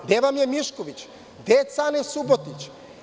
Gde vam je Mišković, gde je Cane Subotić?